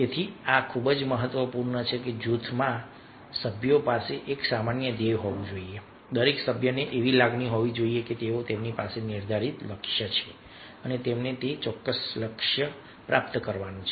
તેથી આ ખૂબ જ મહત્વપૂર્ણ છે કે જૂથના સભ્યો પાસે એક સામાન્ય ધ્યેય હોવો જોઈએ દરેક સભ્યને એવી લાગણી હોવી જોઈએ કે તેમની પાસે નિર્ધારિત લક્ષ્ય છે અને તેમણે તે ચોક્કસ લક્ષ્ય પ્રાપ્ત કરવાનું છે